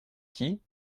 qui